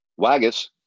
Waggis